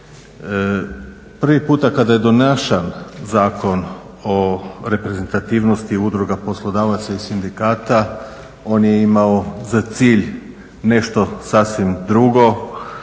Prvi puta kada je donašan Zakon o reprezentativnosti udruga poslodavaca i sindikata on je imao za cilj nešto sasvim drugo.